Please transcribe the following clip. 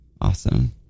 awesome